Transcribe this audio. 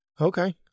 Okay